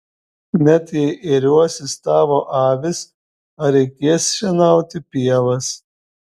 net jei ėriuosis tavo avys ar reikės šienauti pievas